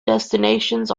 destinations